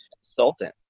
consultant